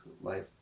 life